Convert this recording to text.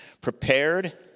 prepared